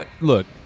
Look